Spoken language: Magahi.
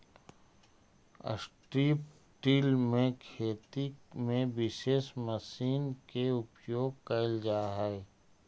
स्ट्रिप् टिल में खेती में विशेष मशीन के उपयोग कैल जा हई